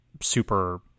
super